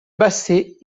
bassée